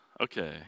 Okay